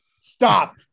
Stop